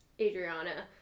Adriana